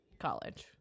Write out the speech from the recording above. college